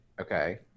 Okay